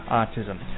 autism